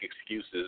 excuses